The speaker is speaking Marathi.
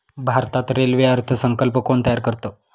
भारतात रेल्वे अर्थ संकल्प कोण तयार करतं?